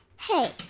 Hey